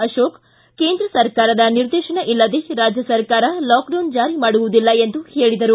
ಅಶೋಕ್ ಕೇಂದ್ರ ಸರ್ಕಾರದ ನಿರ್ದೇಶನ ಇಲ್ಲದೆ ರಾಜ್ಯ ಸರ್ಕಾರ ಲಾಕ್ಡೌನ್ ಜಾರಿ ಮಾಡುವುದಿಲ್ಲ ಎಂದು ಹೇಳಿದರು